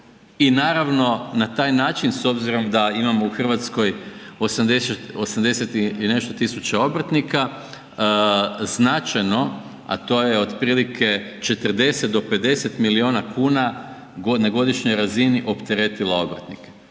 i naravno, na taj način s obzirom da imamo u Hrvatskoj 80 i nešto tisuća obrtnika, značajno, a to je otprilike 40-50 milijuna kuna na godišnjoj razini opteretilo obrtnike,